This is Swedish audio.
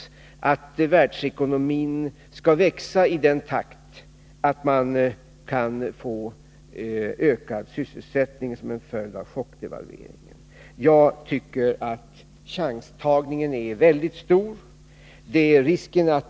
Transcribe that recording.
Man hoppas på att världsekonomin skall växa i en sådan takt att man kan få en ökning av sysselsättningen som en följd av åtgärderna. Jag tycker att chanstagningen är alltför stor.